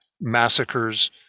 massacres